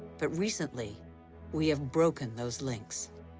but recently we have broken those links.